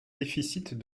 déficits